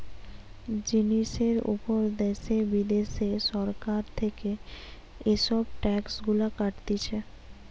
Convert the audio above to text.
জিনিসের উপর দ্যাশে বিদ্যাশে সরকার থেকে এসব ট্যাক্স গুলা কাটতিছে